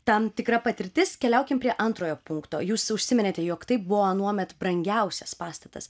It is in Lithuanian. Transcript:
tam tikra patirtis keliaukim prie antrojo punkto jūs užsiminėte jog tai buvo anuomet brangiausias pastatas